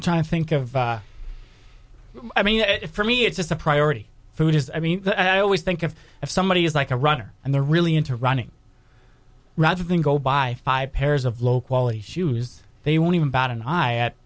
trying to think of i mean for me it's just a priority for me just i mean i always think of if somebody is like a runner and they're really into running rather than go buy five pairs of low quality shoes they won't even bat an eye at